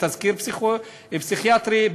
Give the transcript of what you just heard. ותסקיר פסיכיאטרי,